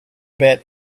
bed